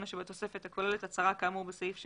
שבתוספת הכוללת הצהרה כאמור בסעיף 6א1(ג)